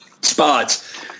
spots